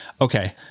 Okay